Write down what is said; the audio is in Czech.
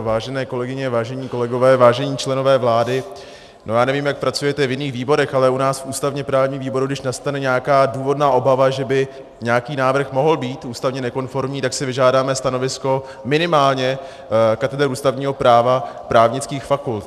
Vážené kolegyně, vážení kolegové, vážení členové vlády, nevím, jak pracujete v jiných výborech, ale u nás v ústavněprávním výboru, když nastane nějaká důvodná obava, že by nějaký návrh mohl být ústavně nekonformní, tak si vyžádáme stanovisko minimálně kateder ústavního práva právnických fakult.